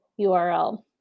URL